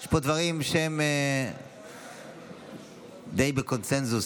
יש פה דברים שהם די בקונסנזוס.